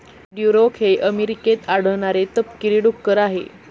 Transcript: Duroc हे अमेरिकेत आढळणारे तपकिरी डुक्कर आहे